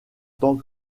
tant